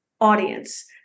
audience